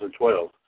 2012